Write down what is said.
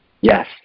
Yes